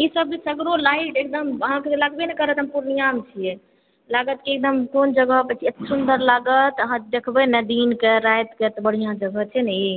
ई सब तऽ सदरो लाइट अहाँकेॅं लगबै ने करत हम पूर्णियाँमे छियै लागत कि हम कोन जगह पर छियै अत्ते सुन्दर लागत अहाँ देखबै ने दिन कऽ राति कऽ तऽ बढ़िऑं जगह छै ने ई